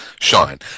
shine